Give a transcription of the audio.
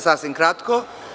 Sasvim ću kratko.